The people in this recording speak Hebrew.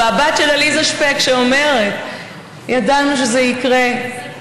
והבת של עליזה, שאומרת: ידענו שזה יקרה.